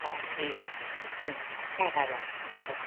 হ্যাঁ ঠিক আছে হ্যাঁ হ্যাঁ রাখুন রাখছি